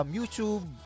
YouTube